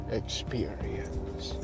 experience